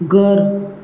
ઘર